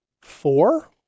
four